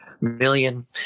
million